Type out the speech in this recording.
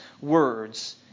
words